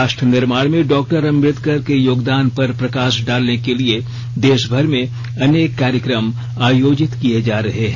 राष्ट्र निर्माण में डॉ अम्बेडकर के योगदान पर प्रकाश डालने के लिए देशभर में अनेक कार्यक्रम आयोजित किए जा रहे हैं